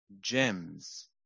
gems